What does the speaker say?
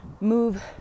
move